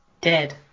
Dead